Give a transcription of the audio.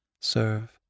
serve